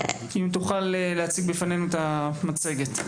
אם תוכל להציג בפנינו את המצגת.